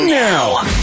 now